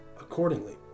accordingly